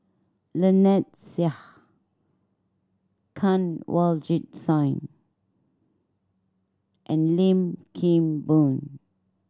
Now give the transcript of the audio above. Lynnette Seah Kanwaljit Soin and Lim Kim Boon